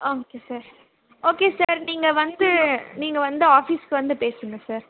ஆ okay sir okay sir நீங்கள் வந்து நீங்கள் வந்து ஆஃபிஸ்க்கு வந்து பேசுங்க சார்